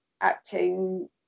acting